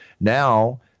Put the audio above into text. Now